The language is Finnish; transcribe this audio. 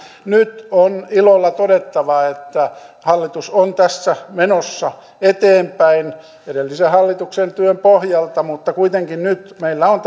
nyt on ilolla todettava että hallitus on tässä menossa eteenpäin edellisen hallituksen työn pohjalta mutta kuitenkin tämä on